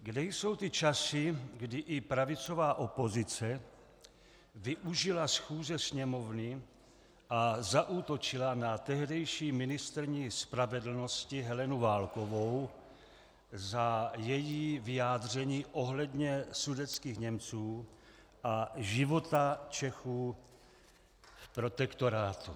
Kde jsou ty časy, kdy i pravicová opozice využila schůze Sněmovny a zaútočila na tehdejší ministryni spravedlnosti Helenu Válkovou za její vyjádření ohledně sudetských Němců a života Čechů v protektorátu.